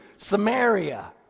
Samaria